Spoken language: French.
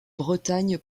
bretagne